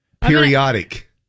Periodic